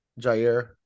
Jair